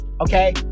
okay